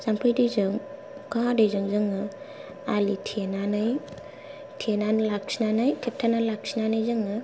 जाम्फै दैजों अखा हादैजों जोङो आलिथेनानै थेनानै थेनानै लाखिनानै खेबथानानै लाखिनानै जोङो